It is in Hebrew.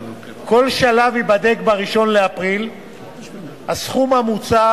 בכל שלב ייבדק ב-1 באפריל הסכום המוצע